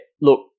Look